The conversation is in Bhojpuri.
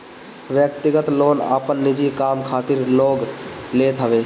व्यक्तिगत लोन आपन निजी काम खातिर लोग लेत हवे